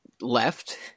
left